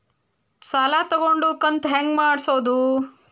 ಸಾಲ ತಗೊಂಡು ಕಂತ ಹೆಂಗ್ ಮಾಡ್ಸೋದು?